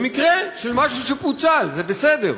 במקרה של משהו שפוצל, זה בסדר.